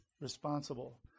responsible